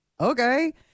okay